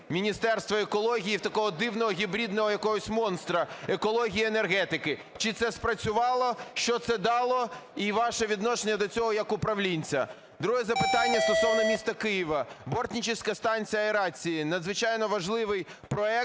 Міністерства екології в такого дивного гібридного якось монстра – екології і енергетики. Чи це спрацювало? Що це дало? І ваше відношення до цього як управлінця. Друге запитання стосовно міста Києва. Бортницька станція аерації – надзвичайно важливий проект.